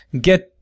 get